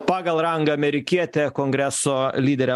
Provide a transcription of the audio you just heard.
pagal rangą amerikietė kongreso lyderė